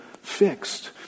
fixed